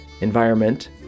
environment